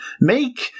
make